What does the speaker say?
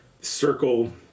Circle